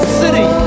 city